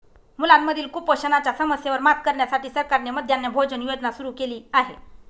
मुलांमधील कुपोषणाच्या समस्येवर मात करण्यासाठी सरकारने मध्यान्ह भोजन योजना सुरू केली आहे